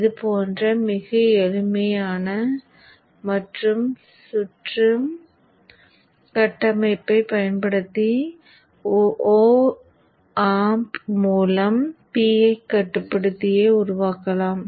இது போன்ற மிக எளிமையான சுற்று கட்டமைப்பை பயன்படுத்தி ஒப் ஆம்ப் மூலம் P I கட்டுப்படுத்தியை உருவாக்கலாம்